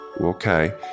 Okay